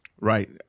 Right